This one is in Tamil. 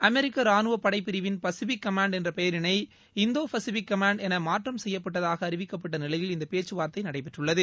அமெிக்க ராணுவ படைப்பிரிவின் பசிபிக் கமாண்ட் என்ற பெயரினை இண்டோ பசிபிக் கமாண்ட் என மாற்றம் செய்யப்பட்டதாக அறிவிக்கப்பட்ட நிலையில் இந்த பேச்சுவார்த்தை நடைபெற்றுள்ளது